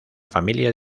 familia